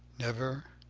never,